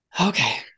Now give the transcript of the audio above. okay